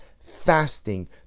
fasting